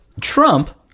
Trump